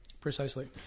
Precisely